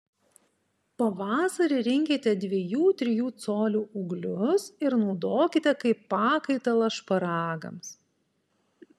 pavasarį rinkite dviejų trijų colių ūglius ir naudokite kaip pakaitalą šparagams